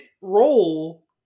role